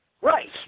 Right